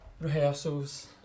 rehearsals